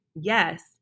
Yes